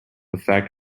effect